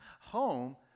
home